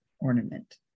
ornament